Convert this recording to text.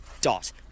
dot